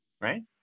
right